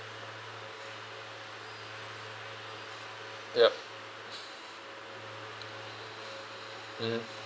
yup mmhmm